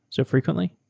so frequently?